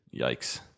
Yikes